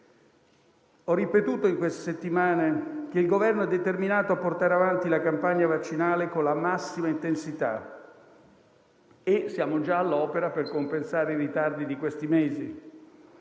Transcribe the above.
Ho ripetuto in queste settimane che il Governo è determinato a portare avanti la campagna vaccinale con la massima intensità e siamo già all'opera per compensare i ritardi di questi mesi.